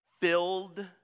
Filled